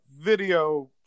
video